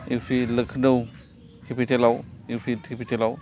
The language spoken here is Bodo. इउ पि लख्नौ केपितेलाव इउ पि केपितेलाव